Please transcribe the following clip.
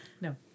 No